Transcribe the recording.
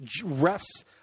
refs